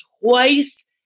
twice